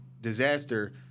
disaster